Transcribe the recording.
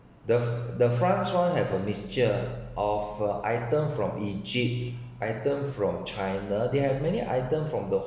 the the france [one] have a mixture of items from egypt items from china they have many items from the